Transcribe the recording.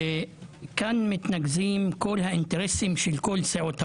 כאן מתנקזים כל האינטרסים של כל סיעות הבית.